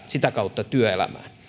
sitä kautta työelämään